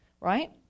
right